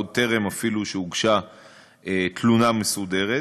עוד בטרם הוגשה אפילו תלונה מסודרת.